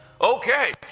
Okay